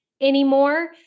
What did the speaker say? anymore